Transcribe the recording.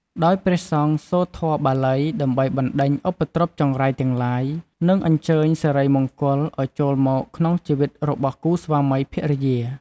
ដោយព្រះសង្ឃសូត្រធម៌បាលី ដើម្បីបណ្តេញឧបទ្រពចង្រៃទាំងឡាយ និងអញ្ជើញសិរីមង្គលឲ្យចូលមកក្នុងជីវិតរបស់គូស្វាមីភរិយា។